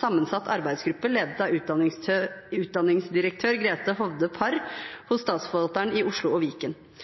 sammensatt arbeidsgruppe ledet av utdanningsdirektør Grete Hovde Parr hos Statsforvalteren i Oslo og Viken.